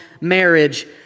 marriage